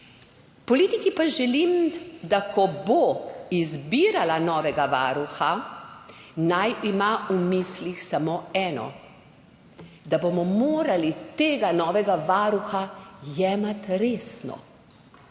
Politiki pa želim, da ko bo izbirala novega varuha, naj ima v mislih samo eno – da bomo morali tega novega varuha jemati resno,